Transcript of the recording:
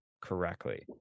correctly